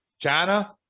China